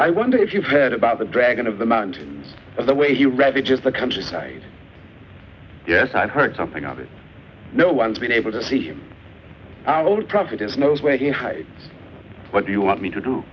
i wonder if you've heard about the dragon of the mountains the way he ravages the countryside yes i've heard something of it no one's been able to see our providence knows where he hides what do you want me to do